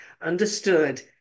understood